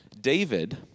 David